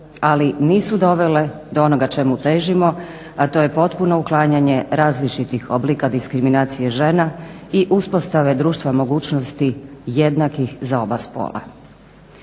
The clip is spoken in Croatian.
ali nisu dovele do onoga čemu težimo, a to je potpuno uklanjanje različitih oblika diskriminacije žena i uspostave društva mogućnosti jednakih za oba spola.